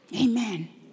Amen